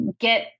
get